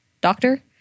doctor